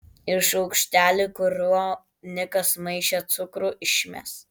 ir šaukštelį kuriuo nikas maišė cukrų išmes